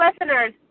listeners